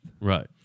Right